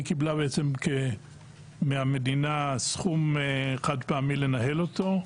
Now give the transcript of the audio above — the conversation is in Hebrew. קיבלה מהמדינה סכום חד פעמי לנהל אותו,